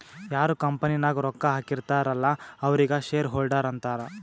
ಯಾರ್ ಕಂಪನಿ ನಾಗ್ ರೊಕ್ಕಾ ಹಾಕಿರ್ತಾರ್ ಅಲ್ಲಾ ಅವ್ರಿಗ ಶೇರ್ ಹೋಲ್ಡರ್ ಅಂತಾರ